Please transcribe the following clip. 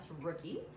rookie